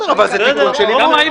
בסדר, אבל זה תיקון של עיוות.